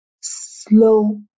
slow